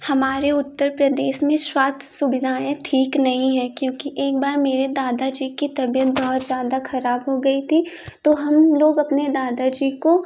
हमारे उत्तर प्रदेश में स्वास्थ्य सुविधाएँ ठीक नहीं है क्योंकि एक बार मेरे दादा जी की तबियत बहुत ज़्यादा खराब हो गई थी तो हम लोग अपने दादा जी को